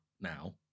now